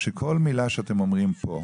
שכל מילה שנאמרת פה,